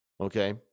Okay